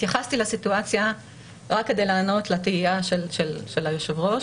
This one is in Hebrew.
התייחסתי לסיטואציה רק כדי לענות לתהייה של היושב-ראש.